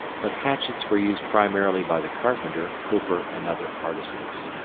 but hatchets were used primarily by the carpenter, cooper, and other artisans.